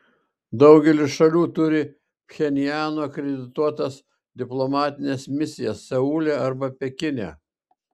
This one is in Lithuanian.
daugelis šalių turi pchenjano akredituotas diplomatines misijas seule arba pekine